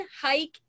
Hike